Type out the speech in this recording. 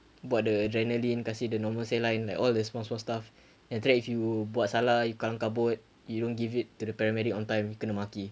buat the adrenaline kasi the normal saline then like all the small small stuff and then after that if you buat salah you kelam kabut you don't give it to the paramedic on time kena maki